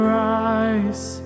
rise